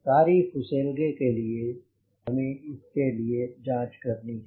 सारी फुसेलगे के लिए हमें इस के लिए जांच करनी है